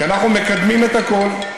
כי אנחנו מקדמים את הכול,